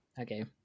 Okay